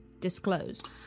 disclosed